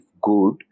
good